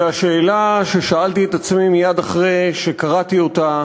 והשאלה ששאלתי את עצמי מייד אחרי שקראתי אותה